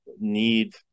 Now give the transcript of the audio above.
need